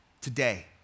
today